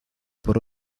por